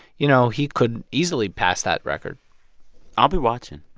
you know, he could easily pass that record i'll be watching.